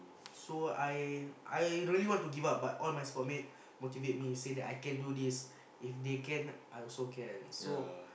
so I I really want to give up but one of my score mate motivate me say that I can do this if they can I also can so